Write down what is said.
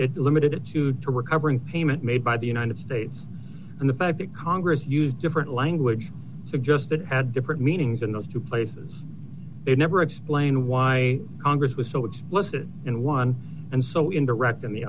it limited it to to recover in payment made by the united states and the fact that congress used different language suggested at different meanings in those two places they never explain why congress was so explicit in one and so indirect and the